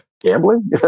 gambling